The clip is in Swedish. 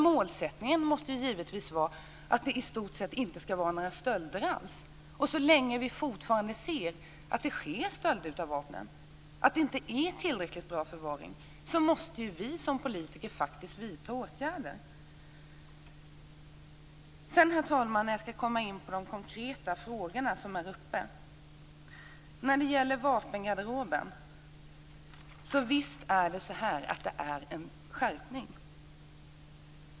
Målsättningen måste givetvis vara att det i stort sett inte ska vara några stölder alls. Så länge vi fortfarande ser att stölder av vapen sker, och att förvaringen inte är tillräckligt bra, måste vi som politiker vidta åtgärder. Herr talman! Jag ska nu komma in på de konkreta frågor som tas upp. När det gäller vapengarderoben handlar det om en skärpning - visst.